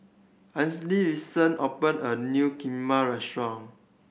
Addisyn recently open a new Kheema restaurant